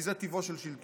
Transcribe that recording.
כי זה טבעו של שלטון,